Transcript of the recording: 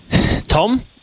Tom